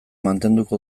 mantenduko